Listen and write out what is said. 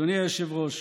אדוני היושב-ראש,